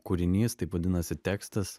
kūrinys taip vadinasi tekstas